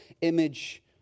image